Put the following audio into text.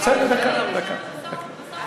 צריך לדאוג שהשכר לא יהיה שכר מינימום שכר יותר נמוך.